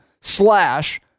slash